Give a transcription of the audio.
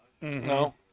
No